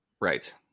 Right